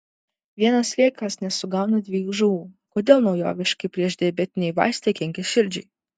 vienas sliekas nesugauna dviejų žuvų kodėl naujoviški priešdiabetiniai vaistai kenkia širdžiai